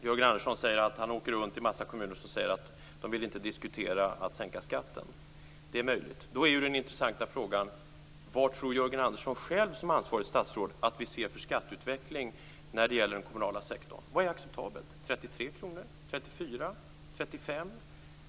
Jörgen Andersson säger att han åker runt till en massa kommuner och att de inte vill diskutera att sänka skatten. Det är möjligt. Då är den intressanta frågan: Vad tror Jörgen Andersson själv som ansvarigt statsråd att vi ser för skatteutveckling när det gäller den kommunala sektorn? Vad är acceptabelt? Är det 33 kr, 34 kr eller 35 kr?